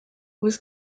was